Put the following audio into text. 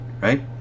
right